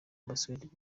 basketball